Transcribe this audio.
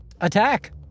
attack